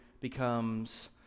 becomes